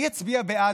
אני אצביע בעד,